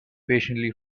patiently